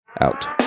out